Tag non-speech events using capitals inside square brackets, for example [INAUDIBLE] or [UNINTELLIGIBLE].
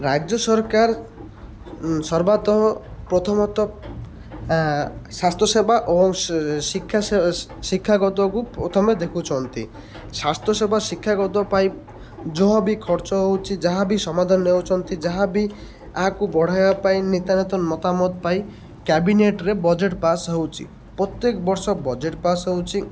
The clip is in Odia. ରାଜ୍ୟ ସରକାର ସର୍ବତଃ ପ୍ରଥମତଃ ସ୍ୱାସ୍ଥ୍ୟ ସେବା ଓ ଶିକ୍ଷା ଶିକ୍ଷାଗତକୁ ପ୍ରଥମେ ଦେଖୁଛନ୍ତି ସ୍ୱାସ୍ଥ୍ୟ ସେବା ଶିକ୍ଷାଗତ ପାଇଁ ଜହା ବି ଖର୍ଚ୍ଚ ହେଉଛି ଯାହା ବିି ସମାଧାନ ନେଉଛିନ୍ତି ଯାହା ବିି ଏହାକୁ ବଢ଼ାଇବା ପାଇଁ ନେତା [UNINTELLIGIBLE] ମତାମତ ପାଇଁ କ୍ୟାବିନେଟ୍ରେ ବଜେଟ୍ ପାସ୍ ହେଉଛି ପ୍ରତ୍ୟେକ ବର୍ଷ ବଜେଟ୍ ପାସ୍ ହେଉଛି